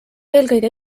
eelkõige